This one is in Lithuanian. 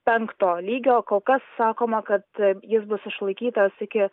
penkto lygio kol kas sakoma kad jis bus išlaikytas iki